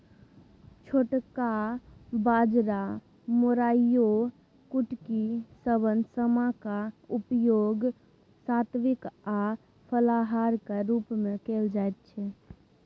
छोटका बाजरा मोराइयो कुटकी शवन समा क उपयोग सात्विक आ फलाहारक रूप मे कैल जाइत छै